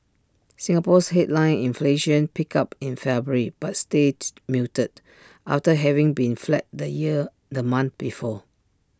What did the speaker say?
Singapore's headline inflation picked up in February but stayed muted after having been flat the year the month before